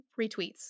retweets